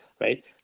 right